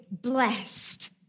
blessed